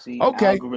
Okay